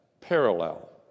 parallel